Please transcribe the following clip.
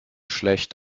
schlecht